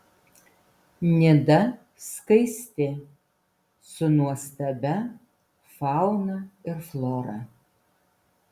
nida skaisti su nuostabia fauna ir flora